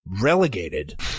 relegated